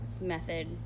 method